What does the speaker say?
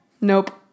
Nope